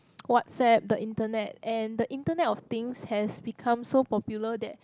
WhatsApp the internet and the internet of things has become so popular that